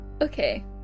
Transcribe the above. Okay